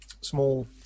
small